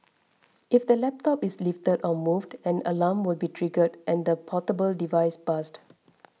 if the laptop is lifted or moved an alarm will be triggered and the portable device buzzed